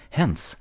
hence